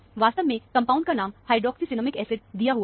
वास्तव में कंपाउंड का नाम हाइड्रोक्सीसिनेमिक एसिड दिया हुआ है